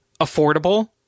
affordable